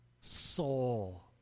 soul